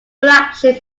flagship